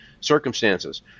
circumstances